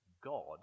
God